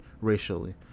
racially